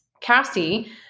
Cassie